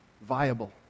viable